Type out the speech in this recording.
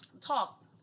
talk